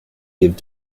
give